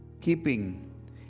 keeping